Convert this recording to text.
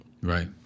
Right